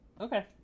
okay